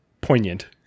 poignant